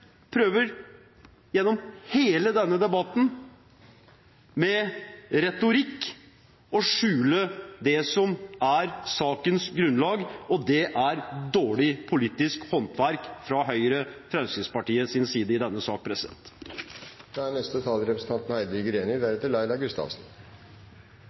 prøver gjennom hele denne debatten med retorikk å skjule det som er sakens grunnlag, og det er dårlig politisk håndverk fra Høyres og Fremskrittspartiets side i denne